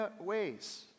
ways